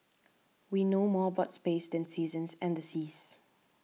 we know more about space than seasons and the seas